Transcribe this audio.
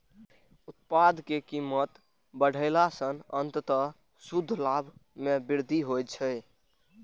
उत्पाद के कीमत बढ़ेला सं अंततः शुद्ध लाभ मे वृद्धि होइ छै